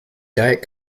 diet